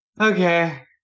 Okay